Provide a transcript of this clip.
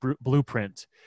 blueprint